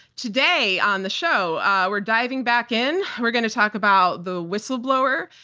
today on the show we're diving back in. we're gonna talk about the whistleblower,